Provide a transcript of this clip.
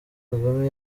kagame